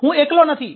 હું એકલો નથી